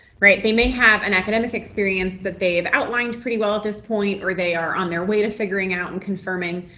right, they may have an academic experience that they've outlined pretty well at this point or they are on their way to figuring out and confirming,